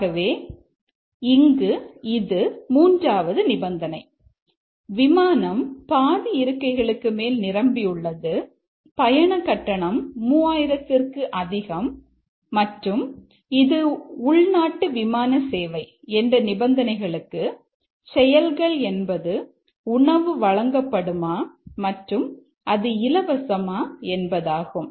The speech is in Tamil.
ஆகவே இங்கு இது மூன்றாவது நிபந்தனை விமானம் பாதி இருக்கைகளுக்கு மேல் நிரம்பியுள்ளது பயணக்கட்டணம் 3000 ற்கு அதிகம் மற்றும் இது உள்ள உள்நாட்டு விமான சேவை என்ற நிபந்தனைகளுக்கு செயல்கள் என்பது உணவு வழங்கப்படுமா மற்றும் அது இலவசமா என்பதாகும்